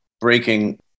breaking